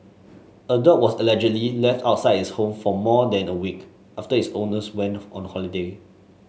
a dog was allegedly left outside its home for more than a week after its owners went on holiday